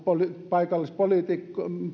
paikallispoliitikkoina